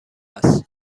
است